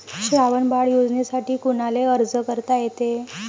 श्रावण बाळ योजनेसाठी कुनाले अर्ज करता येते?